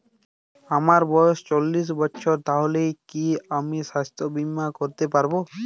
আমার বয়স চল্লিশ বছর তাহলে কি আমি সাস্থ্য বীমা করতে পারবো?